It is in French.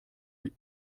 lui